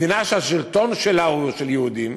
מדינה שהשלטון שלה הוא של יהודים,